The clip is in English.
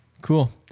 Cool